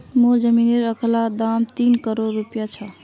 मोर जमीनेर अखना दाम तीन करोड़ रूपया छ